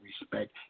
respect